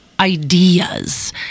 ideas